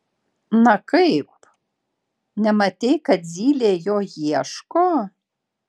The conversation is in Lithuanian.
na kaip nematei kad zylė jo ieško